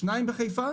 שניים בחיפה